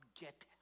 get